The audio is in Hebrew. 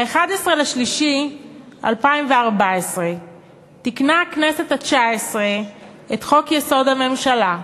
ב-11 במרס 2014 תיקנה הכנסת התשע-עשרה את חוק-יסוד: הממשלה וקבעה: